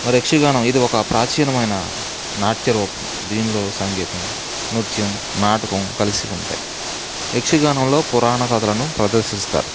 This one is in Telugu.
మరి యక్షి గానం ఇది ఒక ప్రాచీనమైన నాట్య రూపం దీనిలో సంగీతం నృత్యం నాటకం కలిసి ఉంటాయి యక్ష గానంలో పురాణ కథలను ప్రదర్శిస్తారు